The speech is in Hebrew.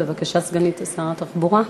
בבקשה, סגנית שר התחבורה.